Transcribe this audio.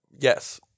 Yes